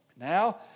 now